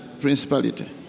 principality